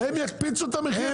הם יקפיצו את המחיר.